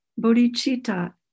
bodhicitta